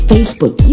Facebook